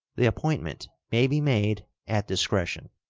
the appointment may be made at discretion